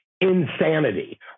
insanity